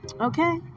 Okay